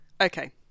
Okay